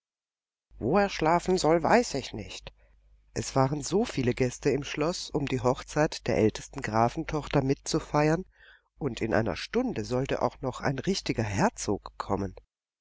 er schlafen soll weiß ich nicht es waren so viele gäste im schloß um die hochzeit der ältesten grafentochter mitzufeiern und in einer stunde sollte auch noch ein richtiger herzog kommen